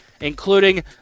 including